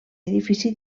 edifici